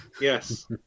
Yes